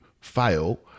fail